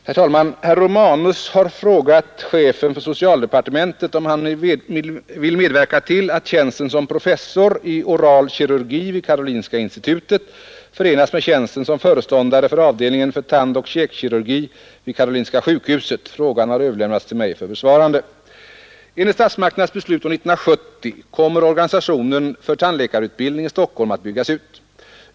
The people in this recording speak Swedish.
Herr talman! Herr Romanus har frågat chefen för socialdepartementet om han vill medverka till att tjänsten som professor i oral kirurgi vid Karolinska institutet förenas med tjänsten som föreståndare för avdelningen för tandoch käkkirurgi vid Karolinska sjukhuset. Frågan har överlämnats till mig för besvarande. Enligt statsmakternas beslut år 1970 kommer organisationen för tandläkarutbildning i Stockholm att byggas ut.